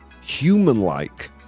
human-like